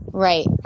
Right